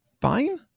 fine